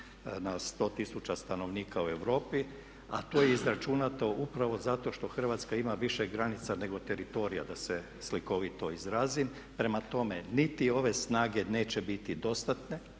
na 100 tisuća stanovnika u Europi, a to je izračunato upravo zato što Hrvatska ima više granica nego teritorija da se slikovito izrazim. Prema tome, niti ove snage neće biti dostatne